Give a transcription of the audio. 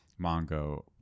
mongo